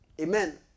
Amen